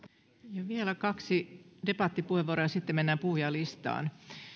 ja vielä kaksi debattipuheenvuoroa ja sitten mennään puhujalistaan